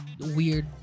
weird